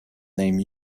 name